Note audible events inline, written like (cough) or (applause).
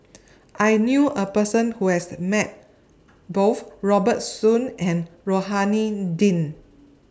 (noise) I knew A Person Who has Met Both Robert Soon and Rohani Din